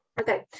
Okay